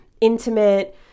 intimate